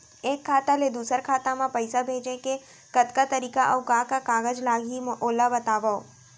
एक खाता ले दूसर खाता मा पइसा भेजे के कतका तरीका अऊ का का कागज लागही ओला बतावव?